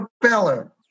propeller